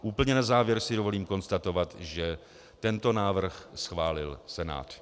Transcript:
Úplně na závěr si dovolím konstatovat, že tento návrh schválil Senát.